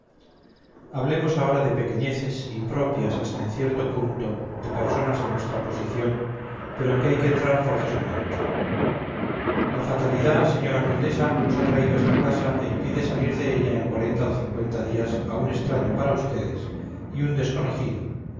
hablemos ahora de pequeñeces impropias hasta cierto punto de personas de nuestra posición pero en que hay que entrar forzosamente la fatalidad señora condesa ha traído a esta casa e impide salir de ella en cuarenta o cincuenta días a un extraño para ustedes y un desconocido